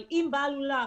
אבל אם בעל אולם